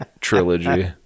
trilogy